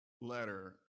letter